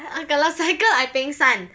uh kalau cycling I pengsan